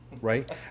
Right